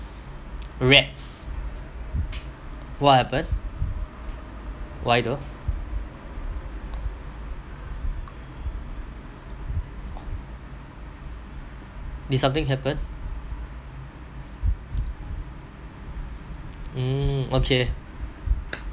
rats what happen why though did something happened mm okay